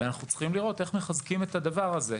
אנחנו צריכים לראות את מחזקים את הדבר הזה.